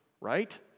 right